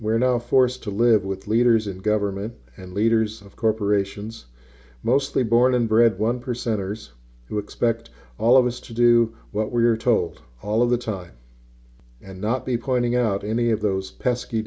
where'd all forced to live with leaders of government and leaders of corporations mostly born and bred one percenters who expect all of us to do what we're told all of the time and not be pointing out any of those pesky